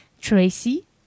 Tracy